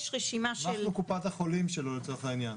יש רשימה של --- אנחנו קופת החולים שלו לצורך העניין.